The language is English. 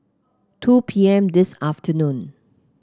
two P M this afternoon